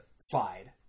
slide